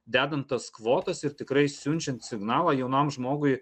dedant tas kvotas ir tikrai siunčiant signalą jaunam žmogui